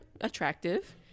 attractive